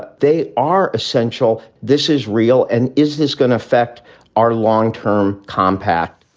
but they are essential. this is real. and is this going to affect our long term compact?